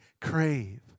crave